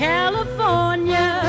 California